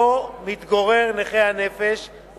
שבו נכה הנפש מתגורר,